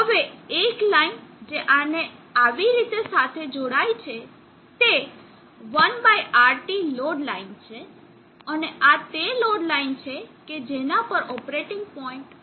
હવે એક લાઇન જે આને આવી રીતે સાથે જોડાય છે તે 1RT લોડ લાઇન છે અને આ તે લોડ લાઇન છે કે જેના પર ઓપરેટિંગ પોઇન્ટ મહત્તમ પાવર આપે છે